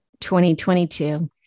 2022